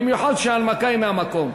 במיוחד שההנמקה היא מהמקום.